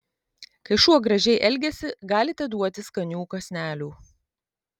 kai šuo gražiai elgiasi galite duoti skanių kąsnelių